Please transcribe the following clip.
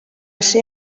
ser